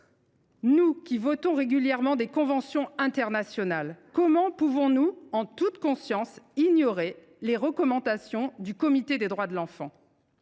nous qui ratifions régulièrement des conventions internationales, comment pouvons nous, en toute conscience, ignorer les recommandations de ce comité ? Nous le savons,